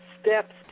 steps